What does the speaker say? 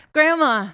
Grandma